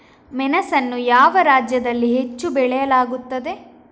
ಮೆಣಸನ್ನು ಯಾವ ರಾಜ್ಯದಲ್ಲಿ ಹೆಚ್ಚು ಬೆಳೆಯಲಾಗುತ್ತದೆ?